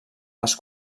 les